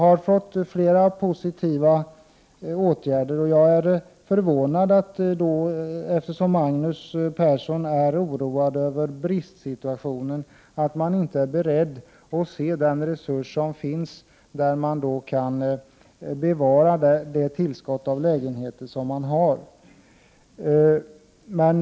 Eftersom Magnus Persson är oroad över bristsituationen, är jag litet förvånad över att han inte är beredd att ta till vara den resurs som finns för att få ett tillskott av lägenheter.